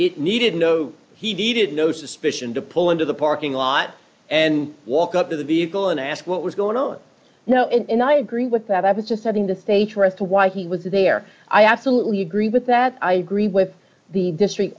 it needed no heated no suspicion to pull into the parking lot and walk up to the vehicle and ask what was going on now and i agree with that i was just setting the stage for as to why he was there i absolutely agree with that i agree with the district